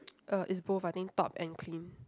uh it's both I think top and clean